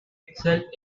itself